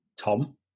Tom